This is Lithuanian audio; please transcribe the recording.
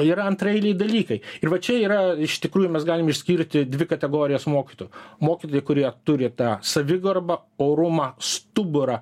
yra antraeiliai dalykai ir va čia yra iš tikrųjų mes galim išskirti dvi kategorijas mokytojų mokytojai kurie turi tą savigarbą orumą stuburą